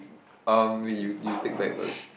um you you take back first